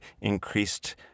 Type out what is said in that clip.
increased